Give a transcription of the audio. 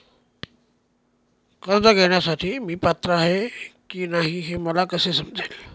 कर्ज घेण्यासाठी मी पात्र आहे की नाही हे मला कसे समजेल?